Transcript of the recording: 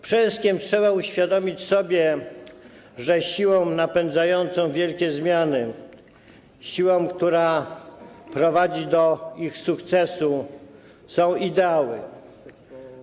Przede wszystkim trzeba uświadomić sobie, że siłą napędzającą wielkie zmiany, siłą, która prowadzi do ich sukcesu, są ideały.